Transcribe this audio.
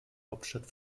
hauptstadt